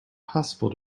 possible